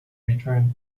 return